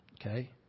Okay